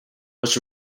was